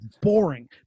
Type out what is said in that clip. boring